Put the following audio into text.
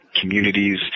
communities